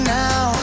now